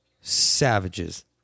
savages